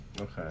Okay